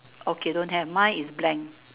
okay don't have mine is blank